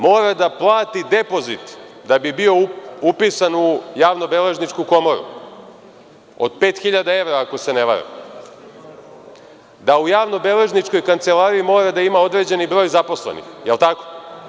Mora da plati depozit da bi bio upisan u javnobeležničku komoru od 5.000 evra ako se ne varam, da u javnobeležničkoj kancelariji mora da ima određeni broj zaposlenih, je li tako?